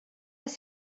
les